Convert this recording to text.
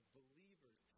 believers